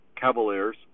Cavaliers